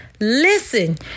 Listen